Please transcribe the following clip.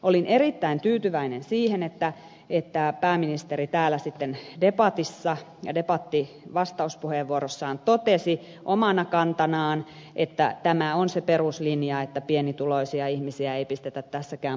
olin erittäin tyytyväinen siihen että pääministeri täällä sitten debatissa vastauspuheenvuorossaan totesi omana kantanaan että tämä on se peruslinja että pienituloisia ihmisiä ei pistetä tässäkään maksumiehiksi